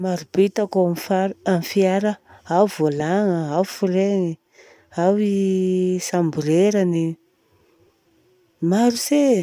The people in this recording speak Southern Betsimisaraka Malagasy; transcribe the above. Maro be hitako ao amin'ny fiara, ao volagna, ao freingna, ao chambre air-ny, maro be.